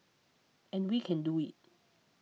and we can do it